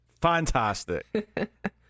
fantastic